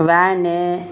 van